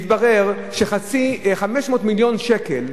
מתברר ש-500 מיליון שקל,